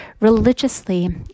religiously